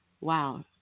Wow